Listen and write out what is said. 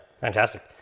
Fantastic